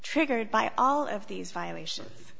triggered by all of these violations